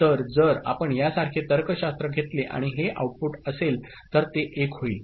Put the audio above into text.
तर जर आपण यासारखे तर्कशास्त्र घेतले आणि हे आउटपुट असेल तर ते 1 होईल